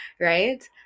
right